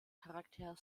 caractère